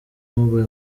mobile